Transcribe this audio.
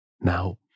Now